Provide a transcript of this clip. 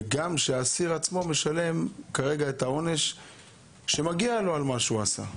האסיר עצמו משלם כרגע את העונש שמגיע לו על מה שהוא עשה.